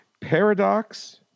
Paradox